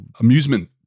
amusement